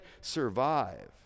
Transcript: survive